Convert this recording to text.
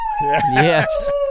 Yes